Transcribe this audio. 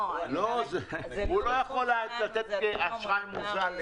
הוא לא יכול לתת אשראי מוזל.